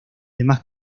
demás